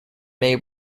made